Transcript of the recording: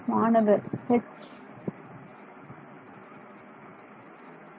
மாணவர் H